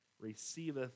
receiveth